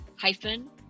hyphen